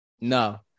No